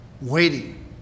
waiting